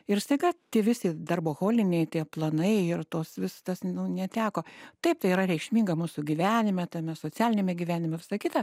ir staiga tie visi darboholiniai tie planai ir tos vis tas neteko taip tai yra reikšminga mūsų gyvenime tame socialiniame gyvenime visa kita